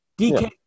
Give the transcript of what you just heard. DK